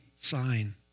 sign